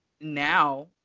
now